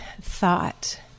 thought